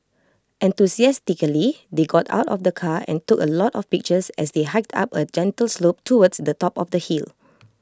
enthusiastically they got out of the car and took A lot of pictures as they hiked up A gentle slope towards the top of the hill